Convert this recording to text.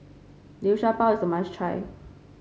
Liu Sha Bao is a must try